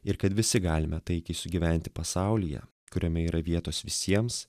ir kad visi galime taikiai sugyventi pasaulyje kuriame yra vietos visiems